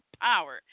power